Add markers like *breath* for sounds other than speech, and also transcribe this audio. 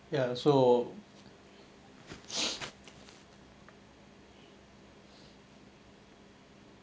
ya so *breath*